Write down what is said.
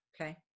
Okay